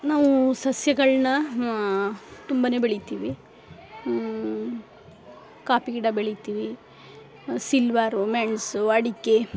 ನಾವು ಸಸ್ಯಗಳನ್ನ ತುಂಬ ಬೆಳಿತೀವಿ ಕಾಪಿ ಗಿಡ ಬೆಳಿತೀವಿ ಸಿಲ್ವಾರು ಮೆಣಸು ಅಡಿಕೆ